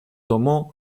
tomó